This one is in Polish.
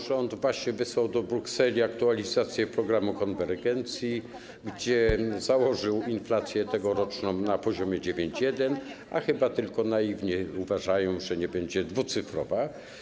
Rząd właśnie wysłał do Brukseli aktualizację programu konwergencji, gdzie założył inflację tegoroczną na poziomie 9,1, a chyba tylko naiwni uważają, że ona nie będzie dwucyfrowa.